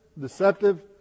deceptive